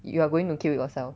you are going to kill yourself